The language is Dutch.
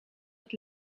het